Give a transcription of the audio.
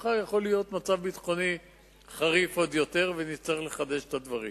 שמחר יכול להיות מצב ביטחוני חריף עוד יותר ונצטרך לחדש את הדברים.